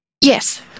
yes